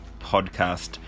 podcast